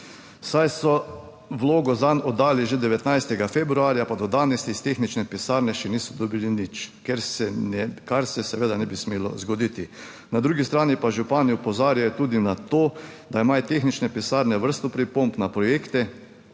saj so vlogo zanj oddali že 19. februarja, pa do danes iz tehnične pisarne še niso dobili nič, kar se seveda ne bi smelo zgoditi. Na drugi strani pa župani opozarjajo tudi na to, da imajo tehnične pisarne vrsto pripomb na projekte